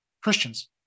christians